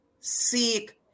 seek